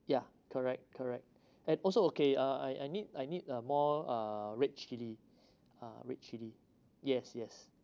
ya correct correct and also okay uh I I need I need uh more uh red chilli ah red chilli yes yes